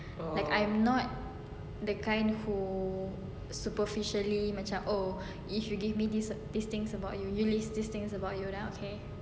like I'm not the kind who superficially macam oh if you give me this this things about you list me this things about you then okay